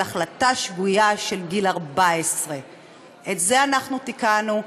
החלטה שגויה של גיל 14. את זה אנחנו תיקנו,